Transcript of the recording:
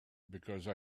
because